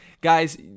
guys